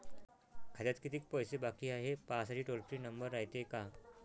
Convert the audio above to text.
खात्यात कितीक पैसे बाकी हाय, हे पाहासाठी टोल फ्री नंबर रायते का?